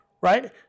right